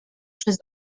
przez